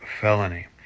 felony